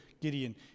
Gideon